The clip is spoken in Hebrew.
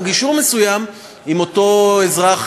או לגישור מסוים עם אותו אזרח,